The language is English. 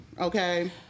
okay